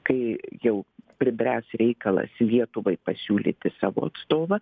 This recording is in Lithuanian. kai jau pribręs reikalas lietuvai pasiūlyti savo atstovą